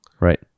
right